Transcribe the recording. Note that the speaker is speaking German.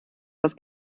das